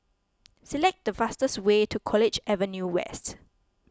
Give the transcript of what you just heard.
select the fastest way to College Avenue West